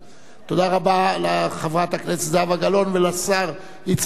תודה רבה לחברת הכנסת זהבה גלאון ולשר יצחק כהן,